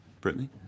Brittany